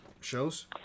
shows